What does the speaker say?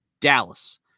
Dallas